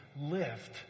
lift